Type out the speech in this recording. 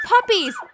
puppies